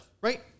Right